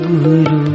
Guru